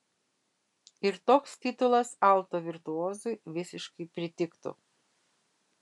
ir toks titulas alto virtuozui visiškai pritiktų